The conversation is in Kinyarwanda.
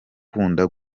ibintu